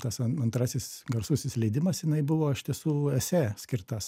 tas an antrasis garsusis leidimas jinai buvo iš tiesų esė skirtas